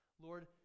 Lord